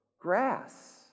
grass